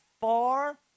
far